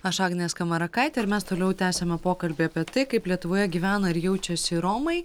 aš agnė skamarakaitė ir mes toliau tęsiame pokalbį apie tai kaip lietuvoje gyvena ir jaučiasi romai